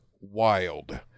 wild